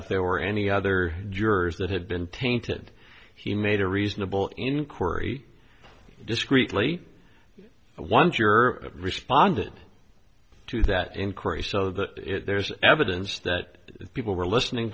if there were any other jurors that had been tainted he made a reasonable inquiry discreetly one juror responded to that increase so that there's evidence that people were listening